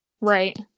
Right